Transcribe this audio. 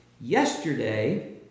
Yesterday